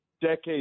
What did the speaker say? decades